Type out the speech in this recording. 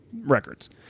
records